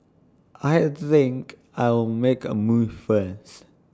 I think I'll make A move first